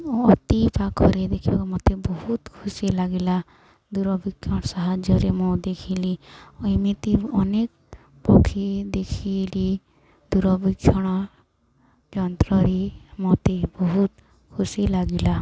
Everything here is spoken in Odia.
ମୁଁ ଅତି ପାଖରେ ଦେଖିବାକୁ ମୋତେ ବହୁତ ଖୁସି ଲାଗିଲା ଦୂରବୀକ୍ଷଣ ସାହାଯ୍ୟରେ ମୁଁ ଦେଖିଲି ଏମିତି ଅନେକ ପକ୍ଷୀ ଦେଖିଲି ଦୂରବୀକ୍ଷଣ ଯନ୍ତ୍ରରେ ମୋତେ ବହୁତ ଖୁସି ଲାଗିଲା